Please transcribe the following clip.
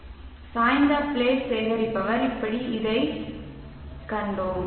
இப்போது ஒரு சாய்ந்த பிளாட் பிளேட் சேகரிப்பவர் இப்படி இருப்பதைக் கண்டோம்